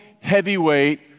heavyweight